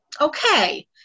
okay